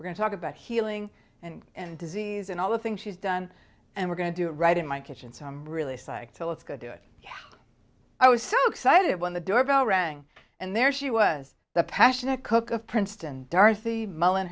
we're going to talk about healing and and disease and all the things she's done and we're going to do right in my kitchen so i'm really psyched so let's go do it i was so excited when the doorbell rang and there she was the passionate cook of princeton dorothy mull